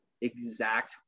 exact